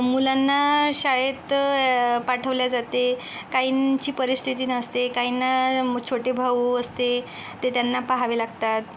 मुलांना शाळेत पाठवले जाते काहींची परिस्थिती नसते काहींना छोटे भाऊ असते ते त्यांना पहावे लागतात